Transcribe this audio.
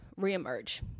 reemerge